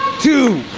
two,